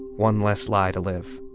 one less lie to live